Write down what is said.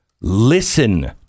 Listen